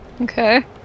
Okay